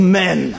men